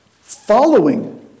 following